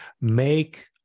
make